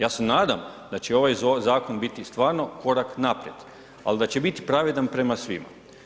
Ja se nadam da će ovaj zakon biti stvarno korak naprijed ali da će biti napredan prema svima.